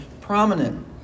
prominent